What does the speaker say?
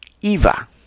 IVA